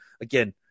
Again